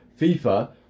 FIFA